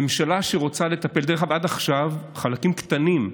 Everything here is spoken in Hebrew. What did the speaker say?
ממשלה שרוצה לטפל, דרך אגב, עד עכשיו חלקים קטנים,